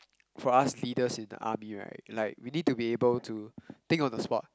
for us leaders in the army right like we need to be able to think on the spot